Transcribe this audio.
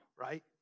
right